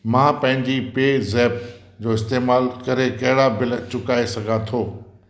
मां पंहिंजी PayZapp जो इस्तेमालु करे कहिड़ा बिल चुकाए सघां थो